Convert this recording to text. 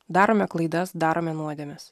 darome klaidas darome nuodėmes